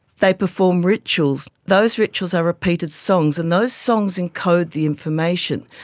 they perform rituals. those rituals are repeated songs, and those songs encode the information.